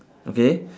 okay